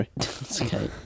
Sorry